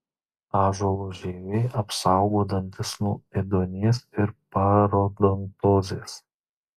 ąžuolo žievė apsaugo dantis nuo ėduonies ir parodontozės